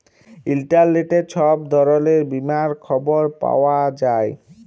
ইলটারলেটে ছব ধরলের বীমার খবর পাউয়া যায়